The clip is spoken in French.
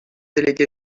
délégué